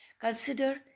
Consider